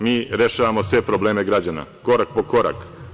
Mi rešavamo sve probleme građana, korak po kora.